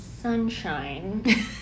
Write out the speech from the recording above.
sunshine